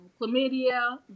chlamydia